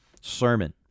sermon